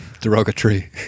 derogatory